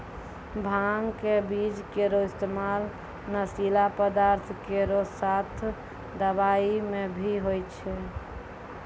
भांग क बीज केरो इस्तेमाल नशीला पदार्थ केरो साथ दवाई म भी होय छै